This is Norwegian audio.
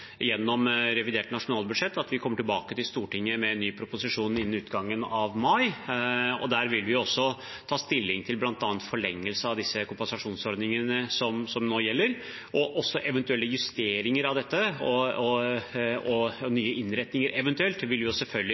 at vi kommer tilbake til Stortinget med en ny proposisjon innen utgangen av mai. Der vil vi ta stilling til bl.a. forlengelse av kompensasjonsordningene som nå gjelder, og også eventuelle justeringer av dette. Nye innretninger – eventuelt – vil vi selvfølgelig